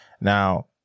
Now